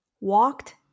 walked